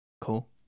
Cool